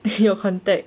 your contact